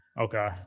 Okay